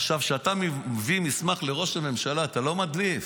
עכשיו, כשאתה מביא מסמך לראש הממשלה אתה לא מדליף.